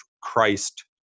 Christ